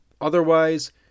Otherwise